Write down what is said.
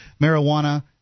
marijuana –